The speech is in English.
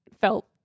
felt